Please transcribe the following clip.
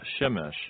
Shemesh